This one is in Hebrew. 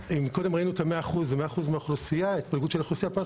קודם ראינו ההתפלגות האוכלוסייה לפי 100% כאן